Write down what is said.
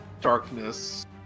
darkness